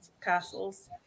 castles